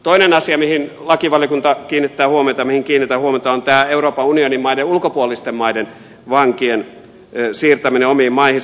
toinen asia mihin lakivaliokunta kiinnittää huomiota mihin kiinnitän huomiota on tämä euroopan unionin maiden ulkopuolisten maiden vankien siirtäminen omiin maihinsa